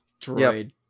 droid